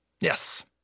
Yes